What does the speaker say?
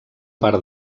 part